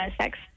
sex